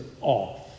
off